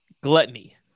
gluttony